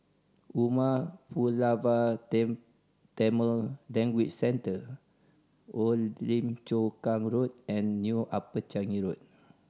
Umar Pulavar Tam Tamil Language Centre Old Lim Chu Kang Road and New Upper Changi Road